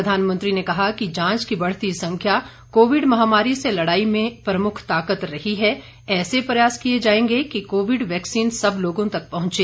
प्रधानमंत्री ने कहा कि जांच की बढ़ती संख्या कोविड महामारी से लड़ाई में प्रमुख ताकत रही है ऐसे प्रयास किए जाएंगे कि कोविड वैक्सीन सब लोगों तक पहुंचे